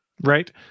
Right